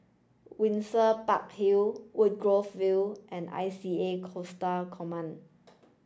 Windsor Park Hill Woodgrove View and I C A Coastal Command